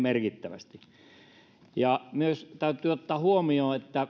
merkittävästi ja myös se täytyy ottaa huomioon että